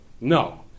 No